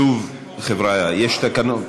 שוב, חבריא, יש תקנון.